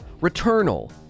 Returnal